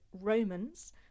Romans